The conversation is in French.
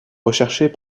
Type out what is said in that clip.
recherchés